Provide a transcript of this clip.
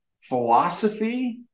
philosophy